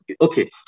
okay